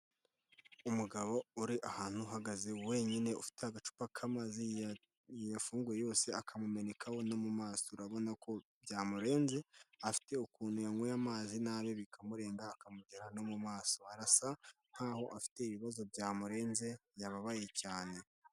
Umugabo uri ahantu uhagaze wenyine ufite agacupa k'amazi yayafunguye yose akamumenekaho no mu maso. Urabona ko byamurenze, afite ukuntu yanyweye amazi nabi bikamurenga, akamugera no mu maso. Arasa nk'aho afite ibibazo byamurenze, yababaye cyane.